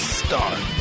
start